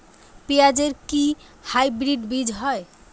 পেঁয়াজ এর কি হাইব্রিড বীজ হয়?